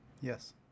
Yes